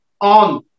on